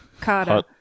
Carter